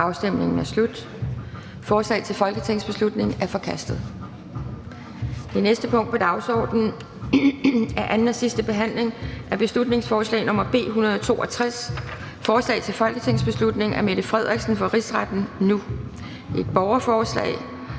Støjberg (UFG)). Forslaget til folketingsbeslutning er forkastet. --- Det næste punkt på dagsordenen er: 37) 2. (sidste) behandling af beslutningsforslag nr. B 162: Forslag til folketingsbeslutning om Mette Frederiksen for Rigsretten nu (borgerforslag).